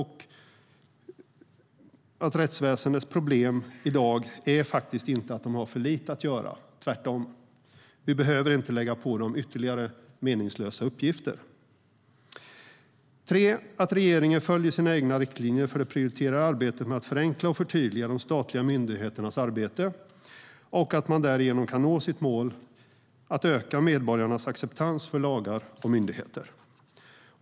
Rättsväsendets problem i dag är faktiskt inte att det finns för lite att göra. Tvärtom! Vi behöver inte lägga på ytterligare meningslösa uppgifter. Att regeringen följer sina egna riktlinjer för att prioritera arbetet med att förenkla och förtydliga de statliga myndigheternas arbete och att man därigenom kan nå sitt mål att öka medborgarnas acceptans för lagar och myndigheter.